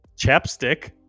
chapstick